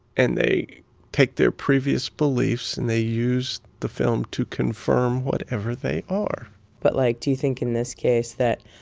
and they take their previous beliefs and they use the film to confirm whatever they are but, like, do you think in this case that,